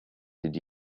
did